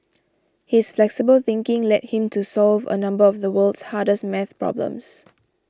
his flexible thinking led him to solve a number of the world's hardest math problems